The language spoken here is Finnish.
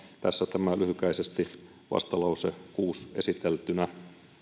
tässä tämä vastalause kuusi lyhykäisesti esiteltynä